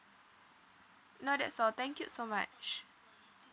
no that's all thank you so much